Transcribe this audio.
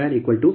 183